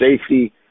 safety